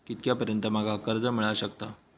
कितक्या पर्यंत माका कर्ज मिला शकता?